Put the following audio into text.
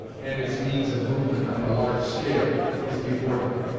and its means of movement on a large scale, was before them.